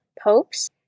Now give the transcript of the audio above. popes